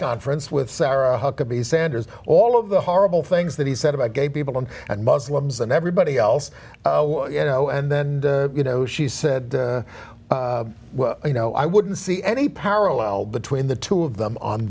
conference with sarah huckabee sanders all of the horrible things that he said about gay people and and muslims and everybody else you know and then you know she said well you know i wouldn't see any parallel between the two of them on